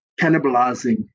cannibalizing